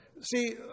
See